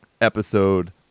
episode